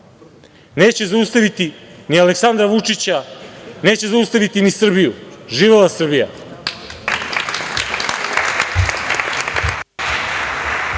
Neće zaustaviti ni Aleksandra Vučića. Neće zaustaviti ni Srbiju. Živela Srbija.